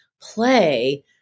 Play